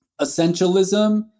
Essentialism